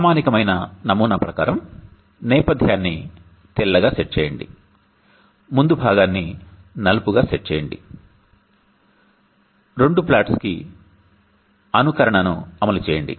ప్రామాణికమైన నమూనా ప్రకారం నేపథ్యాన్ని తెల్లగా సెట్ చేయండి ముందుభాగాన్ని నలుపుగా సెట్ చేయండి రెండు ఫ్లాట్స్ కి అనుకరణను అమలు చేయండి